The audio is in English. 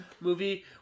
movie